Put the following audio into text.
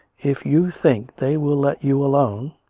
if you think they will let you alone,